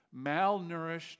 malnourished